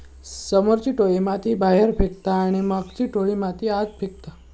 समोरची टोळी माती बाहेर फेकता आणि मागची टोळी माती आत फेकता